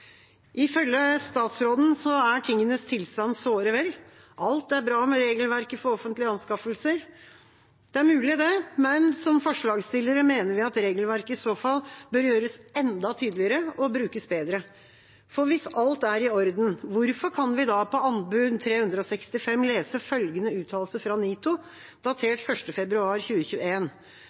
Ifølge statsråden er tingenes tilstand såre vel – alt er bra med regelverket for offentlige anskaffelser. Det er mulig, det, men som forslagsstillere mener vi at regelverket i så fall bør gjøres enda tydeligere og brukes bedre. For hvis alt er i orden, hvorfor kan vi da på Anbud 365 lese følgende uttalelse fra NITO, datert 1. februar